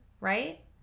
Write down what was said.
right